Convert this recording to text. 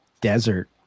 desert